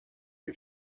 you